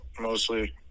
mostly